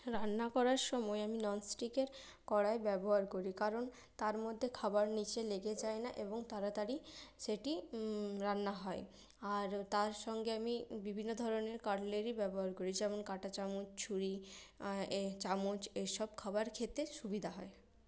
রান্না করার সময় আমি নন স্টিকের কড়াই ব্যবহার করি কারণ তার মধ্যে খাবার নীচে লেগে যায়না এবং তাড়াতাড়ি সেটি রান্না হয় আর তার সঙ্গে আমি বিভিন্ন ধরনের কাটলারি ব্যবহার করি যেমন কাঁটা চামচ ছুড়ি চামচ এসব খাবার খেতে সুবিধা হয়